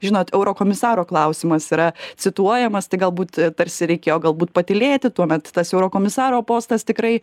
žinot eurokomisaro klausimas yra cituojamas tai galbūt tarsi reikėjo galbūt patylėti tuomet tas eurokomisaro postas tikrai